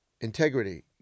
integrity